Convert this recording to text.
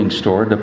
store